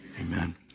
Amen